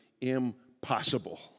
impossible